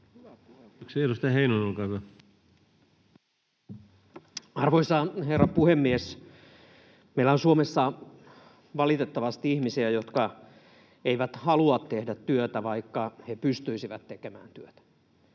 15:24 Content: Arvoisa herra puhemies! Meillä on Suomessa valitettavasti ihmisiä, jotka eivät halua tehdä työtä, vaikka he pystyisivät tekemään työtä.